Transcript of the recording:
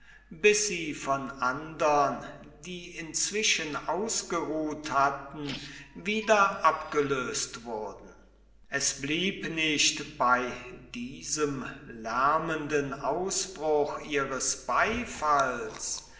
bis sie von andern die inzwischen ausgeruht wieder abgelöst wurden es blieb nicht bei diesem lärmenden ausbruch ihres beifalls